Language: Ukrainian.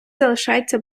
залишається